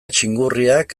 txingurriak